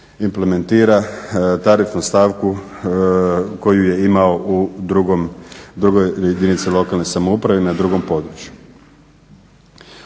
implementira tarifnu stavku koju je imao u drugoj jedinici lokalne samouprave na drugom području.